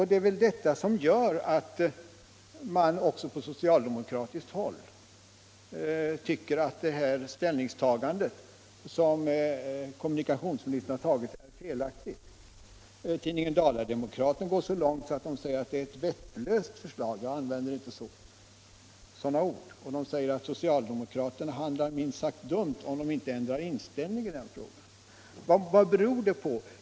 Det är väl det som gör att man också på socialdemokratiskt håll tycker att kommunikationsministerns ställningstagande är felaktigt. Tidningen Dala-Demokraten går så långt att den säger att det är ett vettlöst förslag - jag använder inte sådana ord — och att socialdemokraterna handlar minst sagt dumt om de inte ändrar inställning i den frågan. Vad beror det på?